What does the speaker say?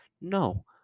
No